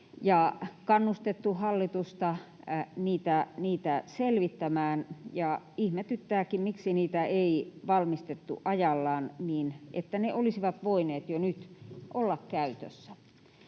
kannustettu hallitusta niitä selvittämään, ja ihmetyttääkin, miksi niitä ei valmisteltu ajallaan niin, että ne olisivat voineet jo nyt olla käytössä.